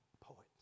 poets